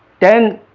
then